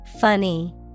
Funny